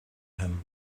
him